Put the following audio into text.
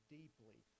deeply